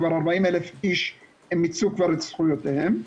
כבר 40,000 מיצו כבר את זכויותיהם.